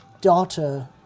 daughter